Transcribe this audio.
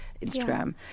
Instagram